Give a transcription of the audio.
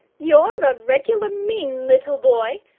you're a regular mean little boy,